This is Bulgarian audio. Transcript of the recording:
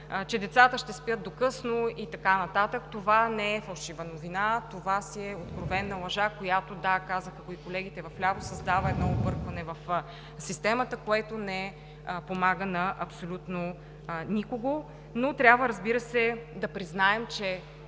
че децата ще спят до късно, и така нататък. Това не е фалшива новина – това си е откровена лъжа, която, да, казаха го и колегите вляво, създава едно объркване в системата, което не помага на абсолютно никого. Но трябва, разбира се, да признаем, че